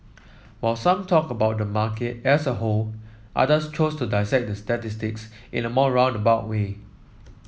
while some talked about the market as a whole others chose to dissect the statistics in a more roundabout way